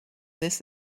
this